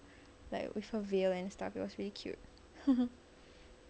like with her veil and stuff it was really cute